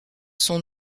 son